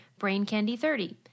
BrainCandy30